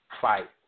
Fight